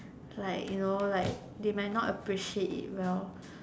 like you know like they might not appreciate it well